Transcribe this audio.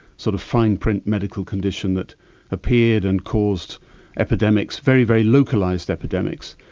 sort of fine-print medical condition that appeared and caused epidemics, very, very localised epidemics,